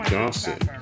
Johnson